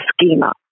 Schema